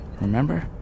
remember